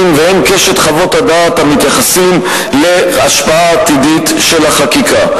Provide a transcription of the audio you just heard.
והן קשת חוות הדעת המתייחסות להשפעה עתידית של החקיקה.